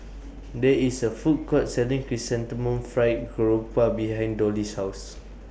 There IS A Food Court Selling Chrysanthemum Fried Garoupa behind Dollie's House